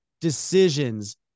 decisions